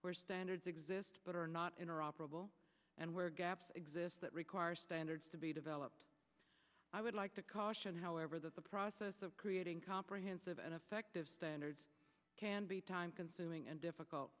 where standards exist but are not in or operable and where gaps exist that require standards to be developed i would like to caution however that the process of creating comprehensive and effective standards can be time consuming and difficult